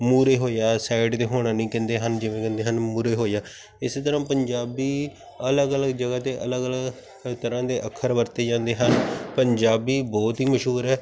ਮੂਹਰੇ ਹੋ ਜਾਂ ਸਾਈਡ 'ਤੇ ਹੋਣਾ ਨਹੀਂ ਕਹਿੰਦੇ ਹਨ ਜਿਵੇਂ ਕਹਿੰਦੇ ਹਨ ਮੂਹਰੇ ਹੋ ਜਾ ਇਸ ਤਰ੍ਹਾਂ ਪੰਜਾਬੀ ਅਲੱਗ ਅਲੱਗ ਜਗ੍ਹਾ 'ਤੇ ਅਲੱਗ ਅਲੱਗ ਤਰ੍ਹਾਂ ਦੇ ਅੱਖਰ ਵਰਤੇ ਜਾਂਦੇ ਹਨ ਪੰਜਾਬੀ ਬਹੁਤ ਹੀ ਮਸ਼ਹੂਰ ਹੈ